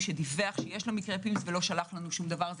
שדיווח שיש לו מקרה PIMS ולא שלח לנו שום דבר אז